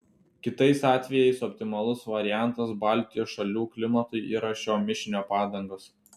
kitais atvejais optimalus variantas baltijos šalių klimatui yra šio mišinio padangos